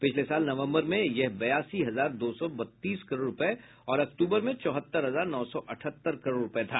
पिछले साल नवंबर में यह बयासी हजार दो सौ बत्तीस करोड़ रुपये और अक्तूबर में चौहत्तर हजार नौ सौ अठहत्तर करोड़ रुपये था